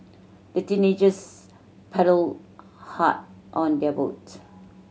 the teenagers paddled hard on their boat